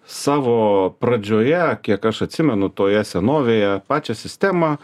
savo pradžioje kiek aš atsimenu toje senovėje pačią sistemą